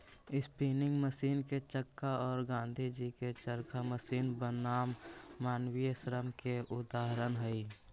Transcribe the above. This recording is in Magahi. स्पीनिंग मशीन के चक्का औ गाँधीजी के चरखा मशीन बनाम मानवीय श्रम के उदाहरण हई